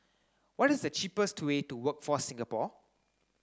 what is the cheapest way to Workforce Singapore